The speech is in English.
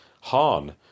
Han